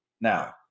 Now